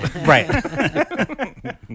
right